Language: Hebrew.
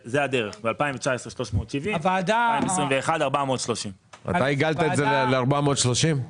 אתה עיגלת את זה ל-430?